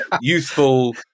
youthful